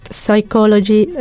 psychology